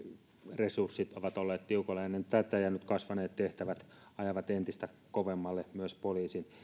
resurssit ovat olleet tiukoilla ennen tätä ja nyt kasvaneet tehtävät ajavat entistä kovemmalle myös poliisin